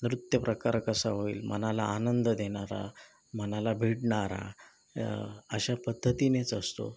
नृत्यप्रकार कसा होईल मनाला आनंद देणारा मनाला भिडणारा अशा पद्धतीनेच असतो